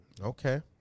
Okay